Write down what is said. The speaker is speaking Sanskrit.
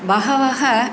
बहवः